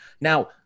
Now